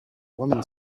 woman